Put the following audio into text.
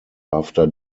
after